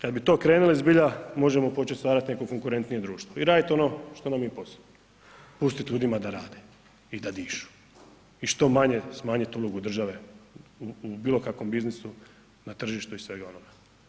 Kad bi to krenuli zbilja možemo početi stvarati neko konkurentnije društvo i raditi ono što nam je posao, pustiti ljudima da rade i da dišu i što manje smanjiti ulogu države u bilo kakvom biznisu na tržištu i svega onoga.